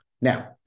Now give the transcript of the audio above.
Now